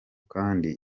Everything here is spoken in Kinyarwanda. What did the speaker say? kandi